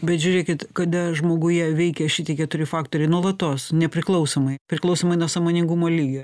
bet žiūrėkit kada žmoguje veikia šiti keturi faktoriai nuolatos nepriklausomai priklausomai nuo sąmoningumo lygio